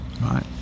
Right